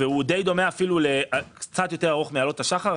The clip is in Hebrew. והוא די דומה אפילו, קצת יותר ארוך מ"עלות השחר".